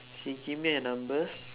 she gave me her number